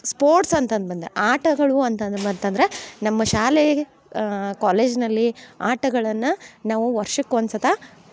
sports ಅಂತಂದು ಬಂದ್ರ ಆಟಗಳು ಅಂತಂದು ಬಂತಂದರೆ ನಮ್ಮ ಶಾಲೆಗೆ ಕಾಲೇಜ್ನಲ್ಲಿ ಆಟಗಳನ್ನು ನಾವು ವರ್ಷಕ್ಕೆ ಒಂದು ಸರ್ತಿ